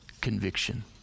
conviction